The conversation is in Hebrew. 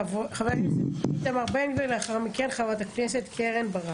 חבר הכנסת איתמר בן גביר ולאחר מכן חברת הכנסת קרן ברק.